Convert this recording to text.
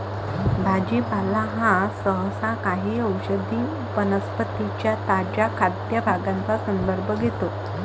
भाजीपाला हा सहसा काही औषधी वनस्पतीं च्या ताज्या खाद्य भागांचा संदर्भ घेतो